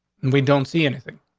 we don't see anything.